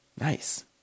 Nice